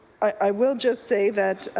i will just say that